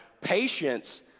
patience